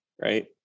right